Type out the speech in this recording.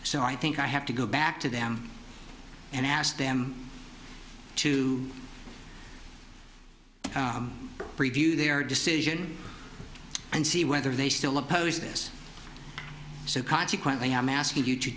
so i think i have to go back to them and ask them to review their decision and see whether they still oppose this so consequently i'm asking you to